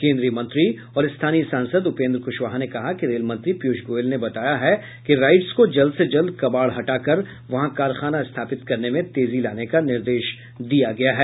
केन्द्रीय मंत्री और स्थानीय सांसद उपेंद्र कुशवाहा ने कहा कि रेल मंत्री पीयूष गोयल ने बताया है कि राइट्स को जल्द से जल्द कबाड़ हटा कर वहां कारखाना स्थापित करने में तेजी लाने का निर्देश दिया गया है